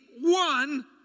one